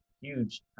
huge